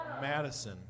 Madison